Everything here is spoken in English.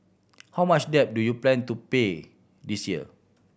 how much debt do you plan to pay this year